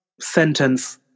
sentence